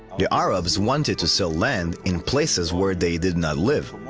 the arabs wanted to sell land in places where they did not live.